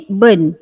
burn